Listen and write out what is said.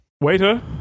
Waiter